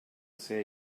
ser